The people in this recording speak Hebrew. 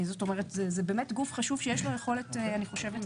זה באמת גוף חשוב שיש לו יכולת להשפיע.